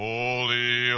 Holy